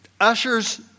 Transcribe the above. ushers